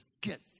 get